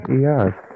Yes